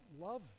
love